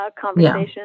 conversation